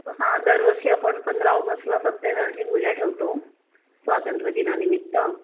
हां दरवर्षी आपण पंधरा ऑगस्टला सत्त्यनारायणाची पूजा ठेवतो स्वातंत्र्यदिनानिमित्त